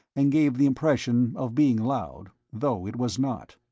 and gave the impression of being loud, though it was not.